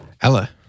Ella